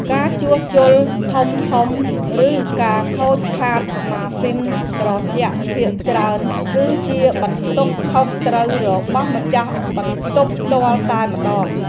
ការជួសជុលធំៗឬការខូចខាតម៉ាស៊ីនត្រជាក់ភាគច្រើនគឺជាបន្ទុកខុសត្រូវរបស់ម្ចាស់បន្ទប់ផ្ទាល់តែម្តង។